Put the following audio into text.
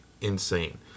insane